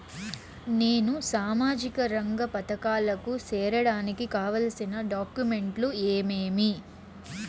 నేను సామాజిక రంగ పథకాలకు సేరడానికి కావాల్సిన డాక్యుమెంట్లు ఏమేమీ?